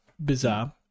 Bizarre